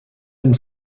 and